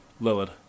Lillard